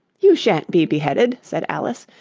you shan't be beheaded said alice,